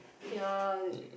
ya